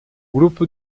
grupo